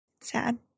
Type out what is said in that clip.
Sad